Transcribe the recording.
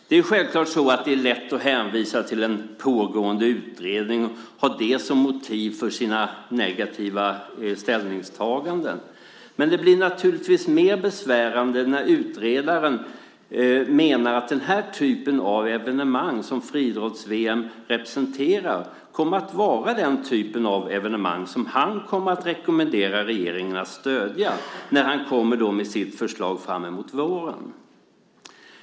Det är självklart lätt att hänvisa till en pågående utredning och ha det som motiv för sina negativa ställningstaganden. Men det blir naturligtvis mer besvärande när utredaren menar att den här typen av evenemang som friidrotts-VM representerar kommer att vara den typ av evenemang som han rekommenderar regeringen att stödja när han lämnar sitt förslag framemot våren.